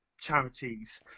charities